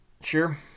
Sure